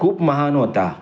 खूप महान होता